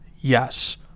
Yes